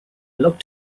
locked